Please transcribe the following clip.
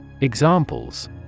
Examples